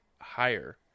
higher